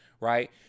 right